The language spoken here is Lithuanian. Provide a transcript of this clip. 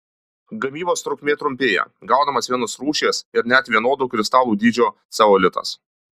gamybos trukmė trumpėja gaunamas vienos rūšies ir net vienodo kristalų dydžio ceolitas